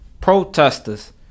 protesters